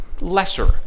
lesser